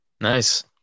Nice